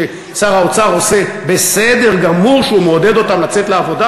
ששר האוצר עושה בסדר גמור שהוא מעודד אותם לצאת לעבודה.